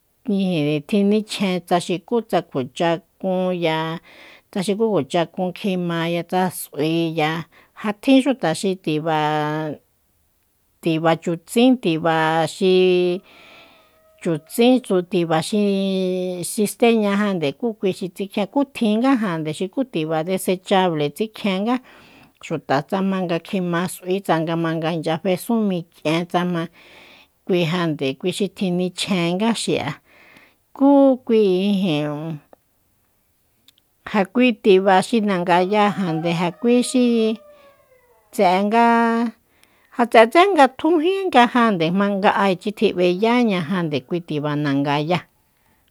Ijin tjinichjen tsa xukútsa kjua chakunya tsa xuku kjua chakun kjimaya tsa s'uiya ja tjin xuta xi tiba- tiba chutsin tiba xi chutsin tu tiba xi- xi steña jande kú kui xi tsikjien ku tjingajande xuku tiba desechable tsikjienga xuta tsa jmanga kjima s'ui tsanga jmanga inchya fesún mik'ien tsa ma kuijande kui xi tjinichjenga xi'a ku kui ijin ja kui tiba xi nangayajande ja kui xi tse'e nga ja tse'etsé nga tjunjíngajande jmanga 'aechi tjib'eyañajande kui tiba nagaya